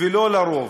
ולא לרוב.